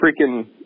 freaking